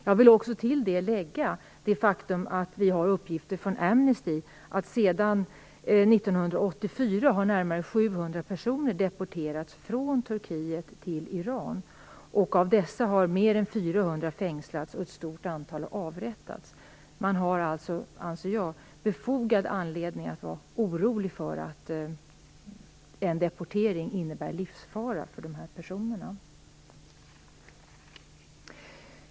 Jag vill också till det lägga det faktum att vi har uppgifter från Amnesty om att närmare 700 personer sedan 1984 har deporterats från Turkiet till Iran, och av dessa har mer än 400 fängslats och ett stort antal avrättats. Man har alltså, anser jag, anledning att vara orolig för att en deportering innebär livsfara för de här personerna.